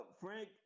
Frank